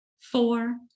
Four